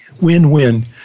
win-win